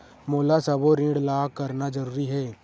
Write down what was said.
मोला सबो ऋण ला करना जरूरी हे?